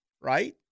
right